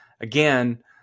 again